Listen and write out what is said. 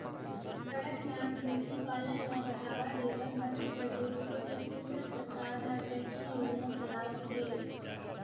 कड़कनाथ मुरगी पालन ल बढ़ावा देबर मध्य परदेस अउ छत्तीसगढ़ सरकार ह कइठन योजना चलावत हे